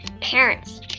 Parents